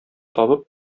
табып